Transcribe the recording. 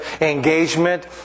engagement